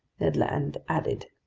ned land added.